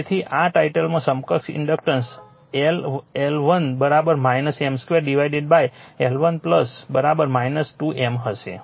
તેથી આ ટાઇટલમાં સમકક્ષ inductance l L1 M 2 divided by L1 2 M હશે